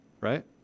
Right